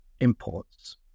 imports